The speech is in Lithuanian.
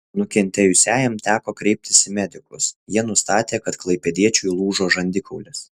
nukentėjusiajam teko kreiptis į medikus jie nustatė kad klaipėdiečiui lūžo žandikaulis